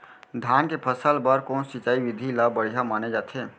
धान के फसल बर कोन सिंचाई विधि ला बढ़िया माने जाथे?